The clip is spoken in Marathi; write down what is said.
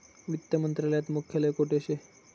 वित्त मंत्रालयात मुख्यालय कोठे शे